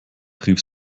rief